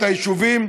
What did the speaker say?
את היישובים,